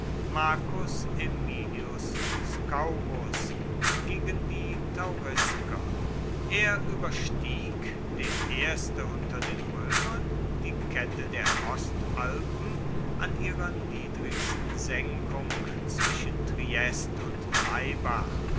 marcus aemilius scaurus gegen die taurisker er überstieg der erste unter den römern die kette der ostalpen an ihrer niedrigsten senkung zwischen triest und laibach